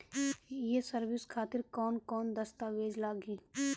ये सर्विस खातिर कौन कौन दस्तावेज लगी?